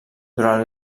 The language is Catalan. durant